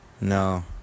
No